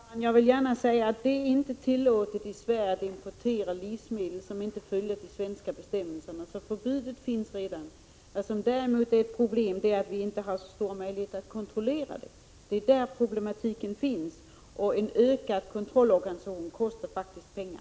Herr talman! Jag vill gärna säga att det inte är tillåtet i Sverige att importera livsmedel som inte fyller kraven i de svenska bestämmelserna. Så förbudet finns redan. Vad som däremot är problematiskt är att vi inte har så stora möjligheter till kontroll. Det är där problemen finns. En ökad kontroll kostar faktiskt pengar.